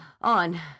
on